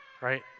right